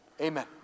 Amen